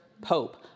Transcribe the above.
Pope